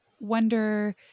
wonder